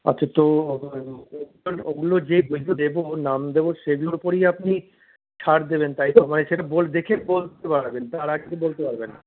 আচ্ছা তো ওগুলো যে বইগুলো দেব নাম দেব সেগুলোর উপরেই আপনি ছাড় দেবেন তাই তো মানে সেটা বই দেখে বলতে পারবেন তার আগে তো বলতে পারবেন না